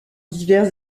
divers